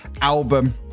album